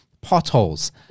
potholes